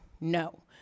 No